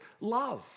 love